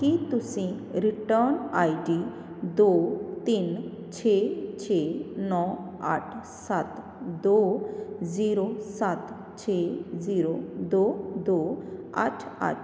ਕੀ ਤੁਸੀਂ return ID ਦੋ ਤਿੰਨ ਛੇ ਛੇ ਨੌਂ ਅੱਠ ਸੱਤ ਦੋ ਜ਼ੀਰੋ ਸੱਤ ਛੇ ਜ਼ੀਰੋ ਦੋ ਦੋ ਅੱਠ ਅੱਠ